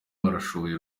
barashoboye